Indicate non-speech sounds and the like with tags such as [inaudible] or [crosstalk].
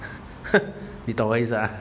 [noise] 你懂我意思吗